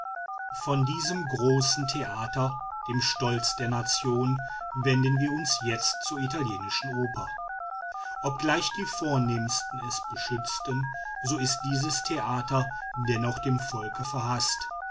von diesem großen theater dem stolz der nation wenden wir uns jetzt zur italienischen oper obgleich die vornehmsten es beschützten so ist dieses theater dennoch dem volke verhaßt